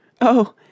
Oh